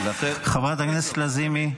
חברת הכנסת לזימי.